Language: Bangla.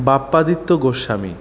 বাপ্পাদিত্য গোস্বামী